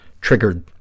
triggered